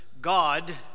God